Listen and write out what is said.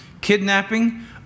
kidnapping